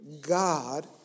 God